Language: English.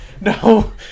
No